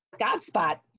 Godspot